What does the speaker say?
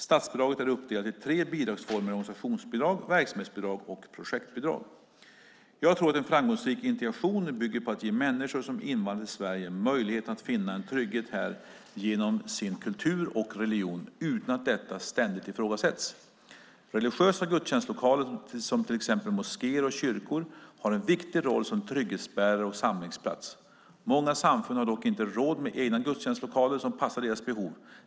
Statsbidraget är uppdelat i tre bidragsformer - organisationsbidrag, verksamhetsbidrag och projektbidrag. Jag tror att en framgångsrik integration bygger på att ge människor som invandrar till Sverige möjligheten att finna en trygghet här genom sin kultur och religion, utan att detta ständigt ifrågasätts. Religiösa gudstjänstlokaler, som till exempel moskéer och kyrkor, har en viktig roll som trygghetsbärare och samlingsplats. Många samfund har dock inte råd med egna gudstjänstlokaler som passar deras behov.